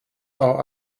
are